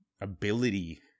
ability